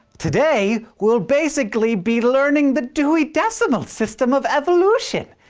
today we'll basically be learning the dewey decimel system of evolution!